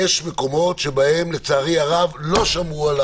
יש מקומות שבהם לצערי הרב לא שמרו,